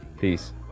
Peace